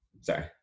sorry